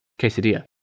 quesadilla